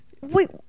Wait